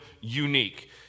unique